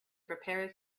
prepare